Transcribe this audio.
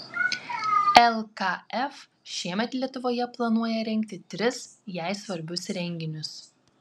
lkf šiemet lietuvoje planuoja rengti tris jai svarbius renginius